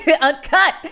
Uncut